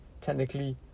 technically